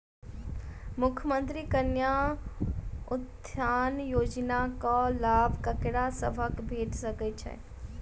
मुख्यमंत्री कन्या उत्थान योजना कऽ लाभ ककरा सभक भेट सकय छई?